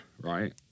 right